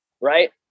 Right